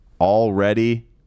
already